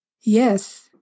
yes